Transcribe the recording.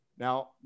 Now